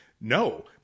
no